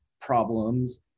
problems